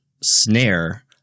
snare